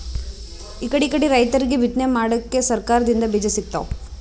ಇಕಡಿಕಡಿ ರೈತರಿಗ್ ಬಿತ್ತನೆ ಮಾಡಕ್ಕ್ ಸರಕಾರ್ ದಿಂದ್ ಬೀಜಾ ಸಿಗ್ತಾವ್